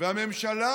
והממשלה